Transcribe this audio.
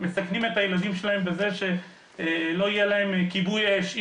מסכנים את הילדים שלהם בזה שלא יהיה להם כיבוי אש,